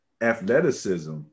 athleticism